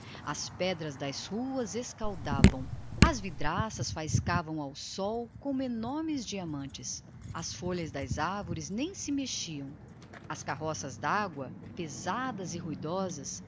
as pedras escaldavam as vidraças e os lampiões faiscavam ao sol como enormes diamantes as paredes tinham reverberações de prata polida as folhas das árvores nem se mexiam as carroças dágua passavam ruidosamente a